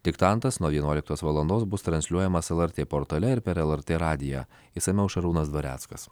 diktantas nuo vienuoliktos valandos bus transliuojamas lrt portale ir per lrt radiją išsamiau šarūnas dvareckas